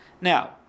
Now